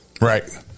Right